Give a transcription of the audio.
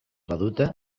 badute